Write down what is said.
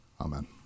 Amen